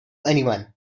anyone